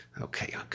Okay